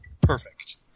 Perfect